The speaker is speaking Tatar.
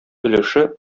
өлеше